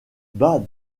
bah